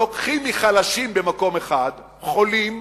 לוקחים מחלשים במקום אחד, מחולים,